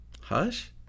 Hush